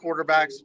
quarterbacks